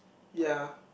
ya